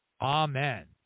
Amen